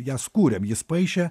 jas kūrėm jis paišė